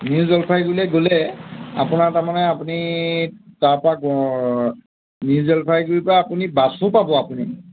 new জলপাইগুৰিলৈ গ'লে আপোনাৰ তাৰমানে আপুনি তাৰপা গ নিউ জলপাইগুড়িৰ পৰা আপুনি বাছো পাব আপুনি